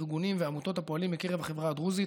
ארגונים ועמותות הפועלים בקרב החברה הדרוזית